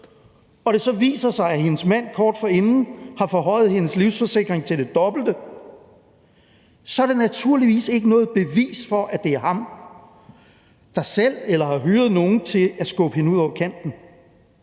og det så viser sig, at hendes mand kort forinden har forhøjet hendes livsforsikring til det dobbelte, er det naturligvis ikke noget bevis for, at det er ham, der har skubbet hende selv, eller som har hyret nogen til at skubbe hende ud over kanten,